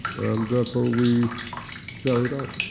and therefore we carry it on.